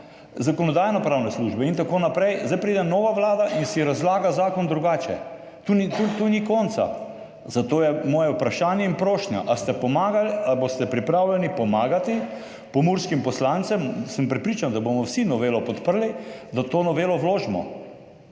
Zakonodajno-pravne službe in tako naprej, zdaj pride nova vlada in si razlaga zakon drugače. Tu ni konca. Zato je moje vprašanje in prošnja: ali ste pomagali, ali boste pripravljeni pomagati pomurskim poslancem – sem prepričan, da bomo vsi novelo podprli – da to novelo vložimo?